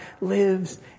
lives